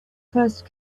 first